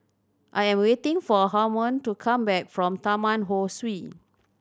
I am waiting for Harmon to come back from Taman Ho Swee